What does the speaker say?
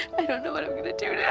i don't know what i'm gonna do now.